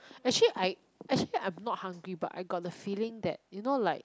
actually I actually I'm not hungry but I got the feeling that you know like